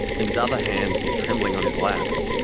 and his other hand is trembling on his lap.